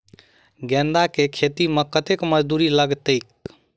गेंदा केँ खेती मे कतेक मजदूरी लगतैक?